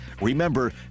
Remember